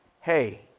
hey